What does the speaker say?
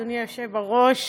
אדוני היושב בראש,